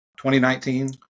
2019